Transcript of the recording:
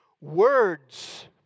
Words